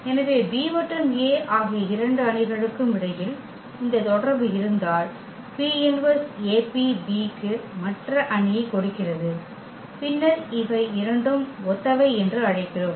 எனவே B மற்றும் A ஆகிய இரண்டு அணிகளுக்கும் இடையில் இந்த தொடர்பு இருந்தால் P−1AP B க்கு மற்ற அணியைக் கொடுக்கிறது பின்னர் இவை இரண்டும் ஒத்தவை என்று அழைக்கிறோம்